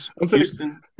Houston